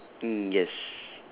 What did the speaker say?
mm yes